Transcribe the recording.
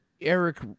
Eric